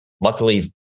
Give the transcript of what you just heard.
luckily